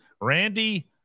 Randy